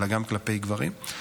אלא גם כלפי גברים.